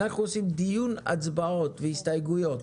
אנחנו עושים דיון הצבעות והסתייגויות.